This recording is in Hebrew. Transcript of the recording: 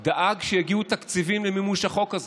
הוא דאג שיגיעו תקציבים למימוש החוק הזה.